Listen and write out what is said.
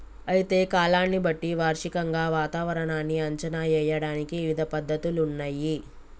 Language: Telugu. అయితే కాలాన్ని బట్టి వార్షికంగా వాతావరణాన్ని అంచనా ఏయడానికి ఇవిధ పద్ధతులున్నయ్యి